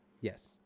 Yes